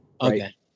Okay